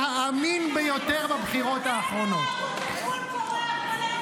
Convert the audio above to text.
בערוץ צפון קוריאה.